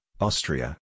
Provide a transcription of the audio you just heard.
Austria